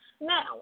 Now